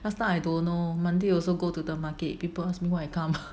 last time I don't know Monday also go to the market people ask me why I come